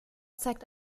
zeigt